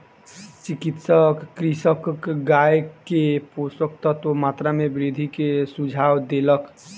चिकित्सक कृषकक गाय के पोषक तत्वक मात्रा में वृद्धि के सुझाव देलक